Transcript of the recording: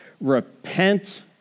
repent